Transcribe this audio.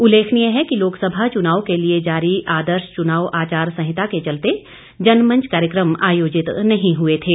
उल्लेखनीय है कि लोकसभा चुनाव के लिए जारी आदर्श चुनाव आचार संहिता के चलते जनमंच कार्यक्रम आयोजित नहीं हुए थे